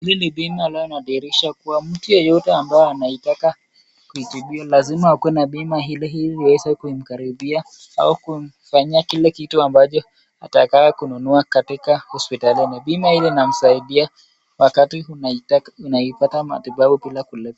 Hili ni bima inayodhihirisha mtu yeyote ambaye anaitaka kutibiwa lazima ako na bima hili iliweze kukaribia au kumfanyia kila kitu ambacho atakayo kununua katika hospitali hii. Bima hii inasaidia wakati unapata matibabu bila kulipa.